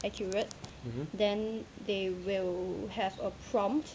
accurate then they will have a prompt